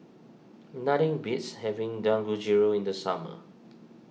nothing beats having Dangojiru in the summer